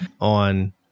on